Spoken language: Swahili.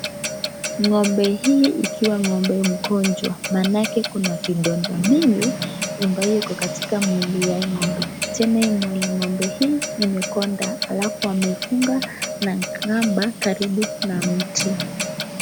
Ng'ombe hii ikiwa ng'ombe mgonjwa maanake kuna vidonda mingi ambayo iko katika mwili ya hii ng'ombe. Tena ng'ombe hii imekonda alafu wamefunga na kamba karibu na mti.